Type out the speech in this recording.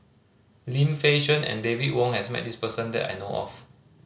Lim Fei Shen and David Wong has met this person that I know of